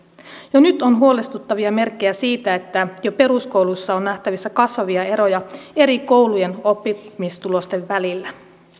jo nyt on huolestuttavia merkkejä siitä että jo peruskouluissa on nähtävissä kasvavia eroja eri koulujen oppimistulosten välillä